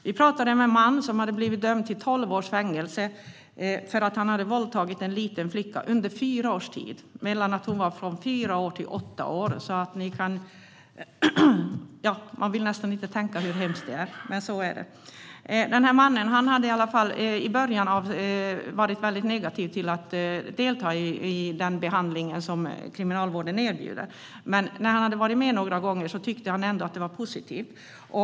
Vi pratade med en man som hade dömts till tolv års fängelse för att ha våldtagit en liten flicka under fyra års tid, då hon var mellan fyra och åtta år. Man vill nästan inte tänka på hur hemskt det är, men så var det. Mannen hade i början varit väldigt negativ till att delta i den behandling som Kriminalvården erbjuder. När han hade varit med några gånger tyckte han ändå att det var positivt.